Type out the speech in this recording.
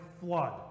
flood